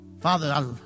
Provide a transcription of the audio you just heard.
Father